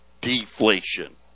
deflation